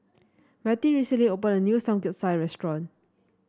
Matie recently opened a new Samgeyopsal restaurant